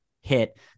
hit